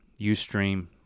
Ustream